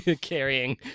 carrying